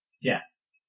Yes